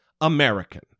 American